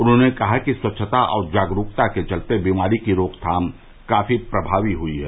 उन्होंने कहा कि स्वच्छता और जागरूकता के चलते बीमारी की रोकथाम काफी प्रमावी हुई है